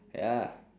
ya